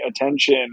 attention